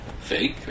fake